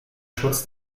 schutz